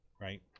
Right